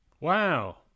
Wow